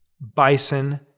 bison